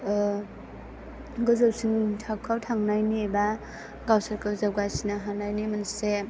गोजौसिन थाखोआव थांनायनि एबा गावसोरखौ जौगासिननो हानायनि मोनसे